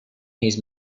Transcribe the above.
his